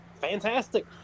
fantastic